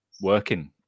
working